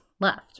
left